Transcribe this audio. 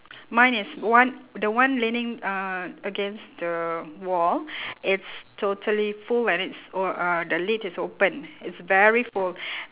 mine is one the one leaning uh against the wall it's totally full when it's o~ uh the lid is open it's very full